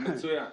מצוין.